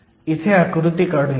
इथे आकृती काढुयात